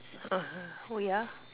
orh oh yeah